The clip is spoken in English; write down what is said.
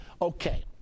Okay